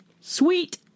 sweet